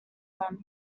them